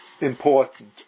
important